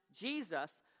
Jesus